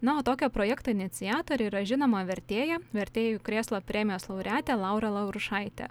na o tokio projekto iniciatorė yra žinoma vertėja vertėjų krėslo premijos laureatė laura laurušaitė